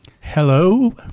Hello